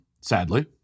sadly